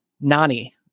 Nani